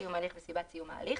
סיום ההליך וסיבת סיום ההליך,